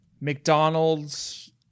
McDonald's